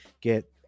get